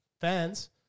fans